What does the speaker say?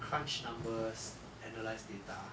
crunch numbers analyse data